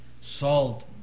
salt